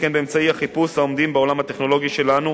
שכן באמצעי החיפוש העומדים בעולם הטכנולוגי שלנו,